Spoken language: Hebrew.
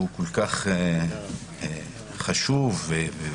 שהוא כל כך חשוב וחמור,